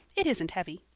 it isn't heavy.